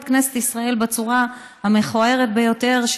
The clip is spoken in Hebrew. את כנסת ישראל בצורה המכוערת ביותר,